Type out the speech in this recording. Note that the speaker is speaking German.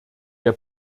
der